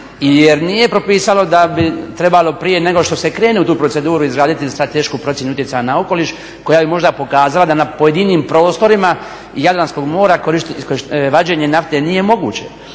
jer nije propisalo da bi trebalo prije nego što se krene u tu proceduru izraditi stratešku procjenu utjecaja na okoliš koja bi možda pokazala da na pojedinim prostorima Jadranskog mora vađenje nafte nije moguće.